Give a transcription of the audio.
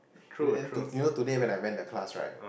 and then you know today when I went the class right